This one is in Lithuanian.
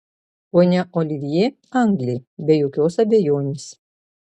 ponia olivjė anglė be jokios abejonės